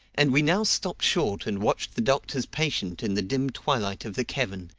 and we now stopped short and watched the doctor's patient in the dim twilight of the cavern,